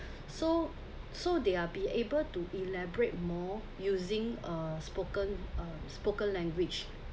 so so they're be able to elaborate more using a spoken a spoken language